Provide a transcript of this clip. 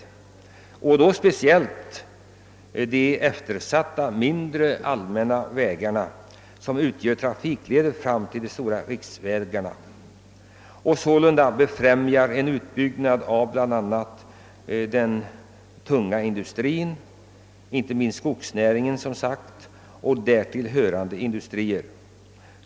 Detta gäller speciellt de eftersatta mindre, allmänna vägarna, vilka utgör anslutningsleder till de stora riksvägarna och sålunda befrämjar utbyggnaden av bl.a. den tunga industrin, såsom skogsnäringen och därtill hörande verksamhet.